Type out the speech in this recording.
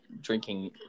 drinking